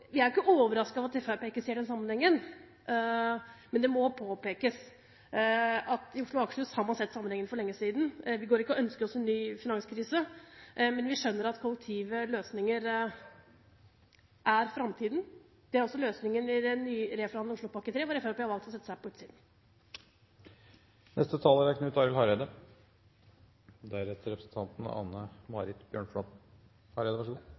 Vi er jo ikke overrasket over at Fremskrittspartiet ikke ser den sammenhengen, men det må påpekes at i Oslo og Akershus har man sett sammenhengen for lenge siden. Vi går ikke og ønsker oss en ny finanskrise, men vi skjønner at kollektive løsninger er framtiden. Det er også løsningen i den reforhandlede Oslopakke 3, hvor Fremskrittspartiet har valgt å sette seg på utsiden. Eg skal berre gi ein kort merknad, for eg syntest representanten